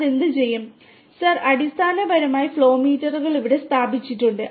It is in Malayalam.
അതെന്തു ചെയ്യും സർ അടിസ്ഥാനപരമായി ഫ്ലോ മീറ്റർ ഇവിടെ സ്ഥാപിച്ചിട്ടുണ്ട്